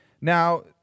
Now